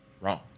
Wrong